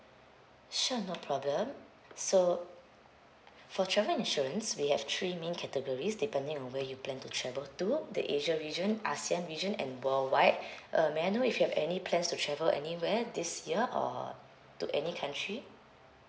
sure no problem so for travel insurance we have three main categories depending on where you plan to travel to the asian region ASEAN region and worldwide uh may I know if you have any plans to travel anywhere this year or to any country